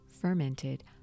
fermented